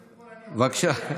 בבקשה.